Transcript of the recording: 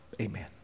Amen